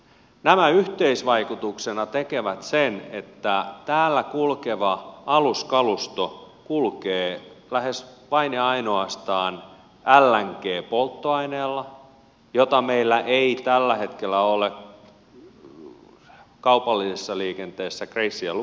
nämä yhteisvaikutuksena tekevät sen että täällä kulkeva aluskalusto kulkee lähes vain ja ainoastaan lng polttoaineella jota meillä ei tällä hetkellä ole kaupallisessa liikenteessä gracea lukuun ottamatta